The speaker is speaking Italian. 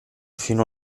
fino